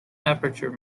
aperture